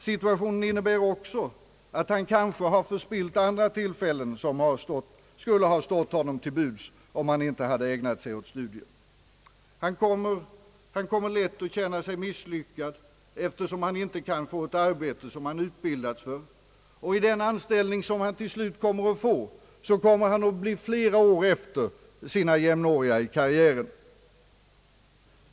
Situationen innebär också att han kanske har förspillt andra tillfällen som skulle ha stått honom till buds om han inte ägnat sig åt studier. Han kommer lätt att känna sig misslyckad, eftersom han inte kan få ett arbete som han utbildats för, och i den anställning han så småningom får kommer han att bli flera år efter sina jämnåriga i karriären.